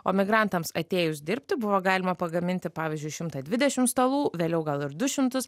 o migrantams atėjus dirbti buvo galima pagaminti pavyzdžiui šimtą dvidešimt stalų vėliau gal ir du šimtus